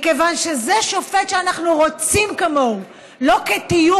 מכיוון שזה שופט שאנחנו רוצים כמוהו לא כתיוג